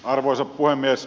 arvoisa puhemies